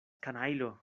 kanajlo